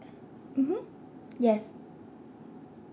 mmhmm yes